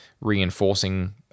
reinforcing